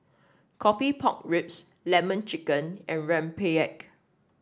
coffee Pork Ribs lemon chicken and rempeyek